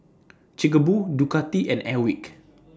Chic A Boo Ducati and Airwick